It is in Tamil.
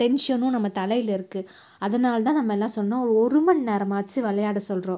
டென்ஷனும் நம்ம தலையில் இருக்குது அதனால் தான் நம்ம எல்லாம் சொன்னோம் ஒரு மணி நேரமாச்சும் விளையாட சொல்கிறோம்